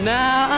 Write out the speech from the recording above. now